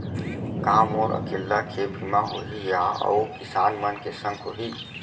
का मोर अकेल्ला के बीमा होही या अऊ किसान मन के संग होही?